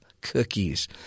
cookies